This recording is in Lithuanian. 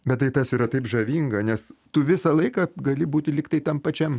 bet tai tas yra taip žavinga nes tu visą laiką gali būti lyg tai tam pačiam